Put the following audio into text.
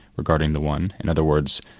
regarding the one, in other words,